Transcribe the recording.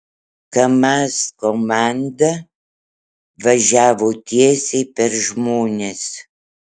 kamaz komanda važiavo tiesiai per žmones